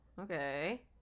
okay